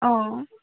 অঁ